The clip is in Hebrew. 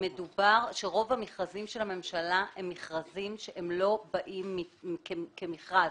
שרוב המכרזים של הממשלה הם מכרזים שהם לא באים כמכרז.